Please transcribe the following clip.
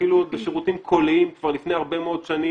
התחילו עוד בשירותים קוליים כבר לפני הרבה מאוד שנים.